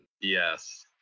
Yes